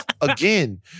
again